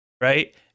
right